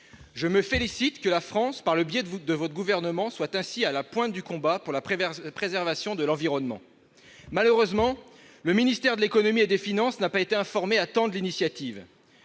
Je me félicite que la France, par le biais de votre gouvernement, soit ainsi à la pointe du combat pour la préservation de l'environnement. Malheureusement, le ministère de l'économie et des finances n'a pas été informé à temps de l'initiative.